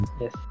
yes